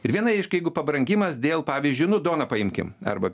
ir viena aišku jeigu pabrangimas dėl pavyzdžiui nu duoną paimkim arba